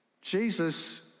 Jesus